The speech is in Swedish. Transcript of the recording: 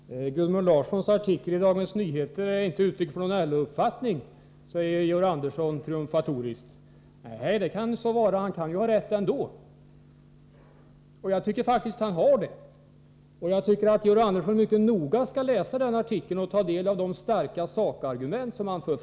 Herr talman! Gudmund Larssons artikeli Dagens Nyheter är inget uttryck för LO:s uppfattning, säger Georg Andersson triumfatoriskt. Nej, det kan så vara, men Gudmund Larsson kan ha rätt ändå. Och jag tycker faktiskt att han har det. Georg Andersson bör enligt min mening mycket noga läsa artikeln och ta del av de starka sakargument som förs fram.